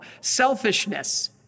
Selfishness